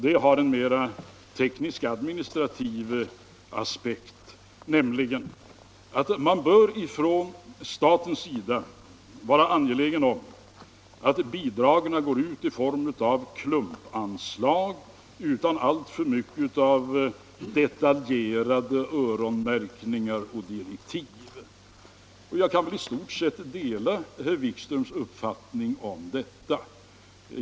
Den har en mer teknisk administrativ aspekt, nämligen att man från statens sida bör vara angelägen om att bidragen går ut i form av klumpanslag utan alltför mycket av detaljerade öronmärkningar och direktiv. Jag kan i stort sett dela herr Wikströms uppfattning om detta.